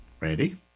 Ready